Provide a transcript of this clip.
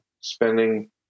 spending